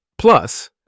Plus